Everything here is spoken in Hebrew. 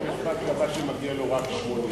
ובית-המשפט קבע שמגיע לו רק 80,